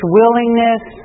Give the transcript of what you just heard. willingness